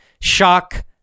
Shock